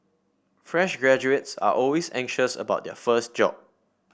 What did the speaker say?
fresh graduates are always anxious about their first job